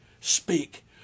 speak